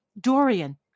Dorian